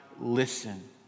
listen